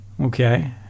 Okay